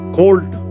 cold